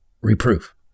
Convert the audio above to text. reproof